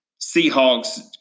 Seahawks